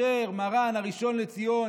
כאשר מר"ן הראשון לציון,